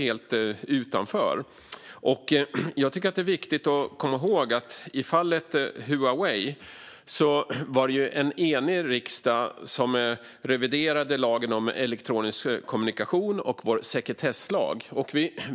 Det är i fallet Huawei viktigt att komma ihåg att det var en enig riksdag som reviderade lagen om elektronisk kommunikation och vår sekretesslag.